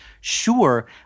sure